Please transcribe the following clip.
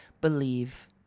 believe